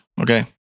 Okay